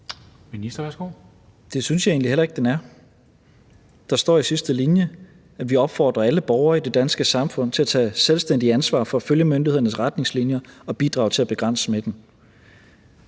Tesfaye): Det synes jeg egentlig heller ikke den er. Der står i sidste linje, at vi opfordrer alle borgere i det danske samfund til at tage selvstændigt ansvar for at følge myndighedernes retningslinjer og bidrage til at begrænse smitten.